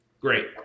great